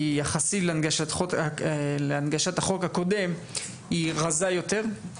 יחסית להנגשת החוק הקודם היא רזה יותר.